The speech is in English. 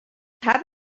have